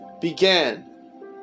began